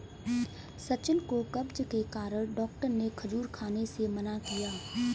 सचिन को कब्ज के कारण डॉक्टर ने खजूर खाने से मना किया